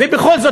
ובכל זאת,